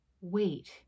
wait